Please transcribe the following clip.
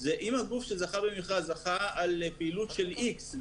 אם הגוף שזכה במכרז זכה על פעילות איקס,